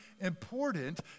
important